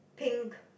pink